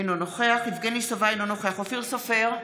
אינו נוכח יבגני סובה, אינו נוכח אופיר סופר,